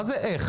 מה זה איך?